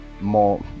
more